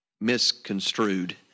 misconstrued